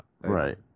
Right